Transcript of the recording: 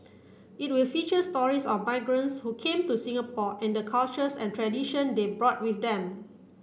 it will feature stories of migrants who came to Singapore and the cultures and tradition they brought with them